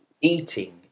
eating